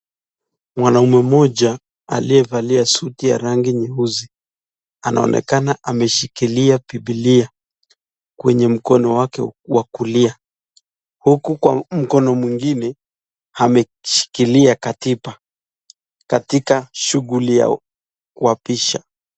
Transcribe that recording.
Mwanaume mmoja aliyevalia suti ya rangi nyeusi anaonekana ameshikilia bibilia kwenye mkono wake wa kulia huku mkono mwingine ameshikilia katiba katika shughuli ya kuapisha.